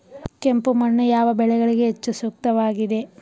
ಕೆಂಪು ಮಣ್ಣು ಯಾವ ಬೆಳೆಗಳಿಗೆ ಹೆಚ್ಚು ಸೂಕ್ತವಾಗಿದೆ?